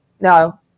no